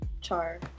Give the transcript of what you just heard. char